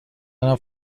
دارم